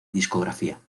discografía